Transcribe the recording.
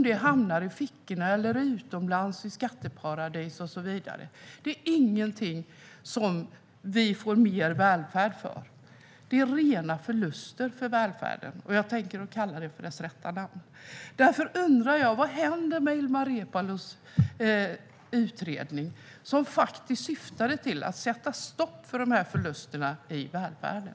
De hamnar i någons fickor eller utomlands i skatteparadis och så vidare. Det är inget vi får mer välfärd för utan rena förluster för välfärden; jag tänker kalla detta vid dess rätta namn. Därför undrar jag vad som händer med Ilmar Reepalus utredning, som faktiskt syftade till att sätta stopp för dessa förluster i välfärden.